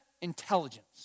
intelligence